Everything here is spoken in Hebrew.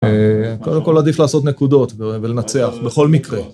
קודם כל עדיף לעשות נקודות ולנצח בכל מקרה.